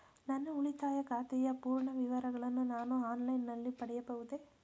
ನನ್ನ ಉಳಿತಾಯ ಖಾತೆಯ ಪೂರ್ಣ ವಿವರಗಳನ್ನು ನಾನು ಆನ್ಲೈನ್ ನಲ್ಲಿ ಪಡೆಯಬಹುದೇ?